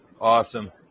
Awesome